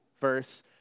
verse